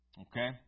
Okay